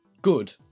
Good